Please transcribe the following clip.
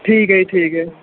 ਠੀਕ ਹੈ ਜੀ ਠੀਕ ਹੈ